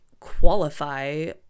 qualify